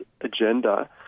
agenda